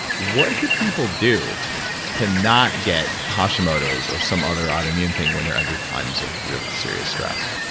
what could people do to not get hashimoto's or some other autoimmune thing when they're under times of real serious stress?